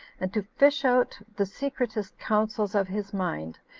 and to fish out the secretest counsels of his mind,